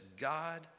God